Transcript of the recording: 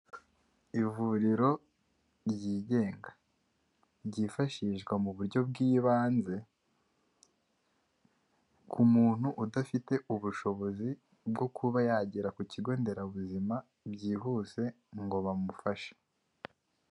Ivuriro ryigenga, ryifashishwa mu buryo bw'ibanze ku muntu udafite ubushobozi bwo kuba yagera ku kigo nderabuzima byihuse ngo bamufashe.